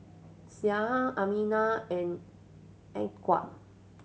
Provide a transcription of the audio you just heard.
Syah Aminah and Atiqah